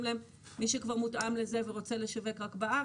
להם שמי שכבר מותאם לזה ורוצה לשווק רק בארץ,